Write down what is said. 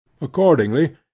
Accordingly